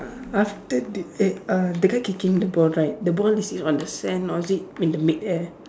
after the eh uh the guy kicking the ball right the ball is it on the sand or is it in mid air